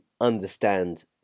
understand